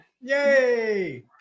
Yay